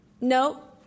no